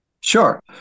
sure